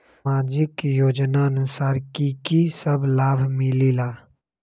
समाजिक योजनानुसार कि कि सब लाब मिलीला?